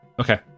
Okay